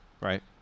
right